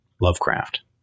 Lovecraft